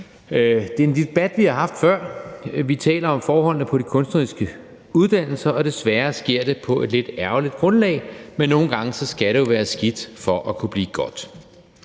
Det er en debat, som vi har haft før. Vi taler om forholdene på de kunstneriske uddannelser, og desværre sker det på et lidt ærgerligt grundlag, men nogle gange skal det jo være skidt for at kunne blive godt.